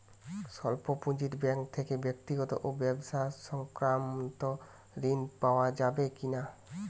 স্বল্প পুঁজির ব্যাঙ্ক থেকে ব্যক্তিগত ও ব্যবসা সংক্রান্ত ঋণ পাওয়া যাবে কিনা?